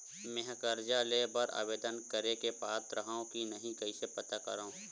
मेंहा कर्जा ले बर आवेदन करे के पात्र हव की नहीं कइसे पता करव?